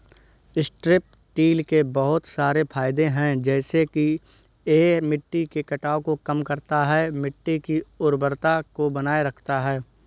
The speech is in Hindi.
स्ट्रिप टील के बहुत सारे फायदे हैं जैसे कि यह मिट्टी के कटाव को कम करता है, मिट्टी की उर्वरता को बनाए रखता है